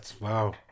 Wow